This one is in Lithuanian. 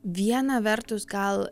viena vertus gal